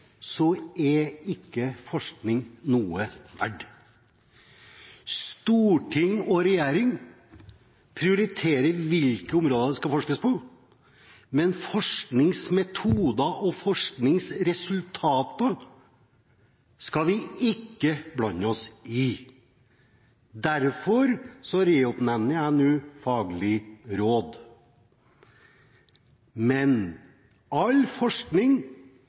er ikke forskning noe verdt. Storting og regjering prioriterer hvilke områder det skal forskes på, men forskningsmetoder og forskningsresultater skal vi ikke blande oss opp i. Derfor reoppnevner jeg nå Havforskningsinstituttets faglige råd. Men: All forskning